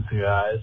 guys